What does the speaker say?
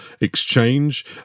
exchange